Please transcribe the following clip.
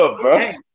Hey